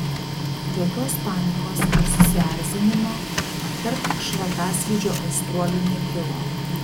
jokios panikos ar susierzinimo tarp šratasvydžio aistruolių nekilo